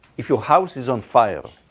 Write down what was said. if your house is on fire,